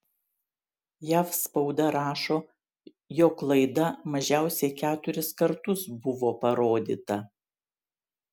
jav spauda rašo jog laida mažiausiai keturis kartus buvo parodyta